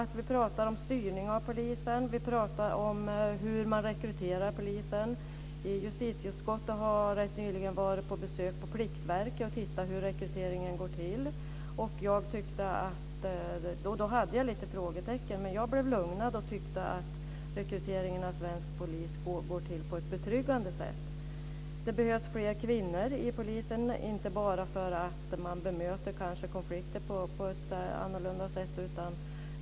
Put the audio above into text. Vi ska prata om styrning av polisen. Vi ska prata om hur man rekryterar poliser. Justitieutskottet har rätt nyligen varit på besök på Pliktverket och sett hur rekryteringen går till. Då hade jag några frågetecken, men jag blev lugnad och tyckte att rekryteringen av svenska poliser går till på ett betryggande sätt. Det behövs fler kvinnor inom polisen inte bara för att de kanske bemöter konflikter på ett annorlunda sätt.